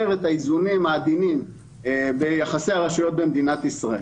את האיזונים העדינים ביחסי הכוחות במדינת ישראל,